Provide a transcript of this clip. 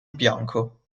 bianco